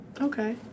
Okay